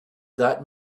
that